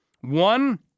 One